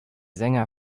sänger